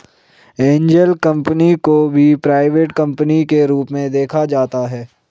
angel company को भी private company के रूप में देखा जाता है